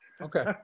okay